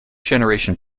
generation